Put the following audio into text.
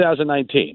2019